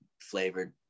flavored